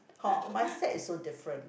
whole mindset is so different